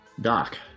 doc